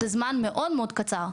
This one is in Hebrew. זה זמן מאוד מאוד קצר.